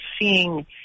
seeing